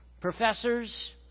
professors